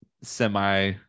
semi